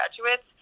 graduates